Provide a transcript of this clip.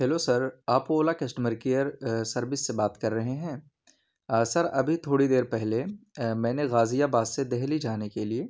hello sir آپ Ola customer care service سے بات کر رہے ہیں سر ابھی تھوڑی دیر پہلے میں نے غازی آباد سے دہلی جانے کے لیے